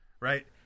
Right